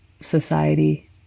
society